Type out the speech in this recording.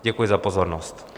Děkuji za pozornost.